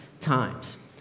times